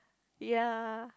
ya